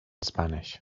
spanish